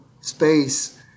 space